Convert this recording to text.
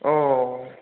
ও